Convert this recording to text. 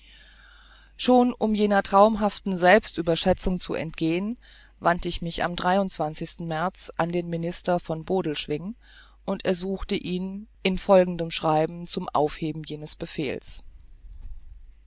schon um jener traumhaften selbstüberschätzung zu entgehen wandte ich mich am sten märz an den minister von bodelschwingh und ersuchte ihn in nachfolgendem schreiben um aufhebung jenes befehls